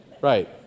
Right